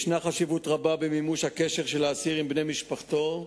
יש חשיבות רבה במימוש הקשר של האסיר עם בני משפחתו,